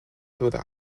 through